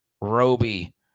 Roby